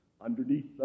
underneath